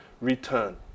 return